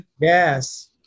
Yes